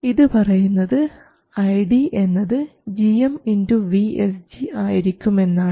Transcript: ഇത് പറയുന്നത് iD എന്നത് gmvSG ആയിരിക്കും എന്നാണ്